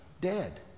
dead